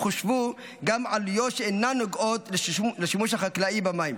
חושבו גם עלויות שאינן נוגעות לשימוש החקלאי במים.